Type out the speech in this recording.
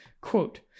Quote